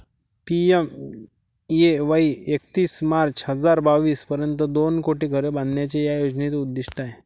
PMAY एकतीस मार्च हजार बावीस पर्यंत दोन कोटी घरे बांधण्याचे या योजनेचे उद्दिष्ट आहे